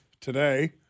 today